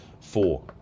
four